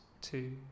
Two